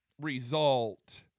result